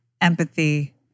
empathy